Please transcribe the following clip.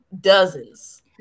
dozens